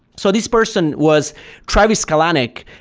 so this person was travis kalanick,